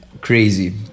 Crazy